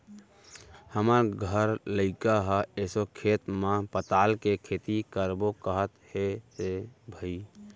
हमर घर लइका ह एसो खेत म पताल के खेती करबो कहत हे रे भई